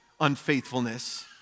unfaithfulness